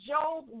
Job